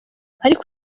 ariko